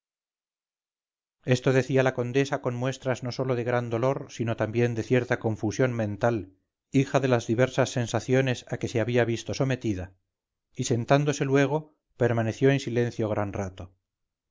esto decía la condesa con muestras no sólo de gran dolor sino también de cierta confusión mental hija de las diversas sensaciones a que se había visto sometida y sentándose luego permaneció en silencio gran rato